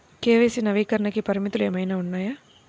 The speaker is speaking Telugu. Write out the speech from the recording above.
కే.వై.సి నవీకరణకి పరిమితులు ఏమన్నా ఉన్నాయా?